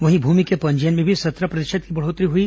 वहीं भूमि के पंजीयन में भी सत्रह प्रतिशत की बढ़ोत्तरी हुई